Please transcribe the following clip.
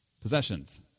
Possessions